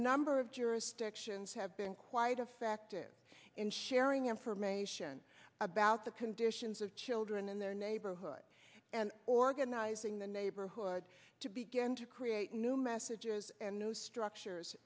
number of jurisdictions have been quite effective in sharing information about the conditions of children in their neighborhood and organizing the neighborhood to begin to create new messages and new structures